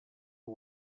who